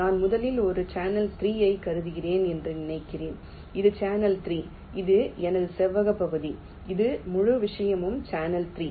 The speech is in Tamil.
நான் முதலில் ஒரு சேனல் 3 ஐ கருதுகிறேன் என்று நினைக்கிறேன் இது எனது சேனல் 3 இது எனது செவ்வக பகுதி இந்த முழு விஷயமும் சேனல் 3